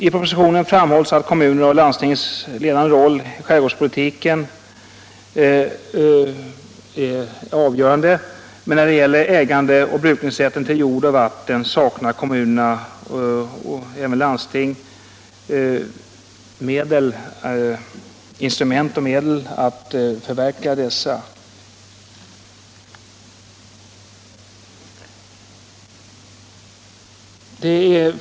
I propositionen framhålls kommunernas och landstingens ledande roll i skärgårdspolitiken, men när det gäller att ändra ägandeoch brukningsrätten till jord och vatten saknar kommuner och landsting såväl instrument som medel härför.